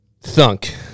Thunk